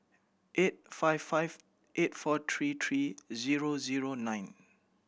eight five five eight four three three zero zero nine